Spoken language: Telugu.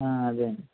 ఆ అదే అండి